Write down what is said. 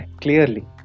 Clearly